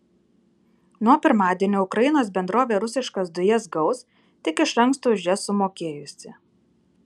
nuo pirmadienio ukrainos bendrovė rusiškas dujas gaus tik iš anksto už jas sumokėjusi